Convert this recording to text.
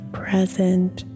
present